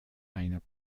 einer